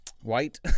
White